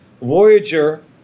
Voyager